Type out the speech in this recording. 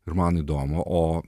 ir man įdomu o